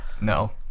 No